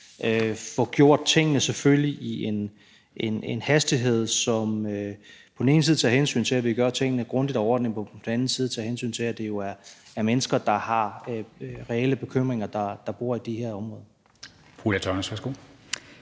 at få gjort tingene, selvfølgelig, med en hastighed, som på den ene side tager hensyn til, at vi gør tingene grundigt og ordentligt, og på den anden side tager hensyn til, at det jo er mennesker, der har reelle bekymringer, der bor i de her områder